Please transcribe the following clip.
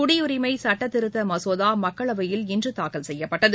குடியுரினம சட்டத்திருத்த மசோதா மக்களவையில் இன்று தாக்கல் செய்யப்பட்டது